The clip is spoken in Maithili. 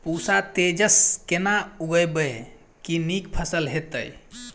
पूसा तेजस केना उगैबे की नीक फसल हेतइ?